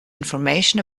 information